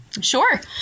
Sure